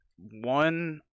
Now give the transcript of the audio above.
one